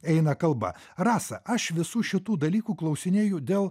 eina kalba rasa aš visų šitų dalykų klausinėju dėl